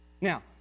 Now